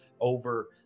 over